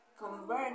convert